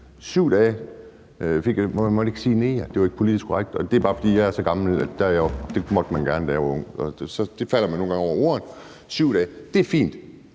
jeg, for jeg måtte ikke sige »neger« – det var ikke politisk korrekt. Det er bare, fordi jeg er så gammel, og det måtte man gerne, da jeg var ung. Sådan er det nogle gange med ordene. 7 dage – det er fint.